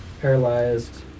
Paralyzed